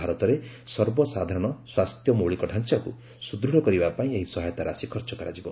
ଭାରତରେ ସର୍ବସାଧାରଣ ସ୍ୱାସ୍ଥ୍ୟ ମୌଳିକ ଢ଼ାଞ୍ଚାକୁ ସୁଦୃଢ଼ କରିବା ପାଇଁ ଏହି ସହାୟତା ରାଶି ଖର୍ଚ୍ଚ କରାଯିବ